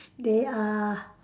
they are